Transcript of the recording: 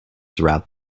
throughout